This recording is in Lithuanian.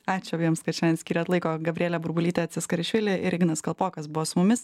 ačiū abiems kad šiandien skyrėt laiko gabrielė burbulytė ciskarišvili ir ignas kalpokas buvo su mumis